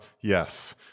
Yes